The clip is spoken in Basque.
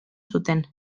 zuten